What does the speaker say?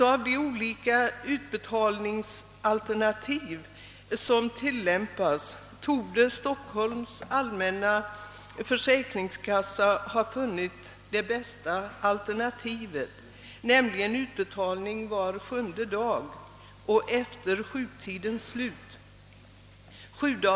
"Av de olika utbetalningsalternativ som tillämpas torde Stockholms 'allmänna försäkringskassa ha funnit det bästa, nämligen utbetalning var sjunde dag och efter, sjuktidens slut. Sjuda .